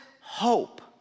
hope